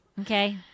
okay